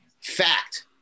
Fact